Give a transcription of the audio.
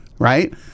Right